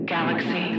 Galaxy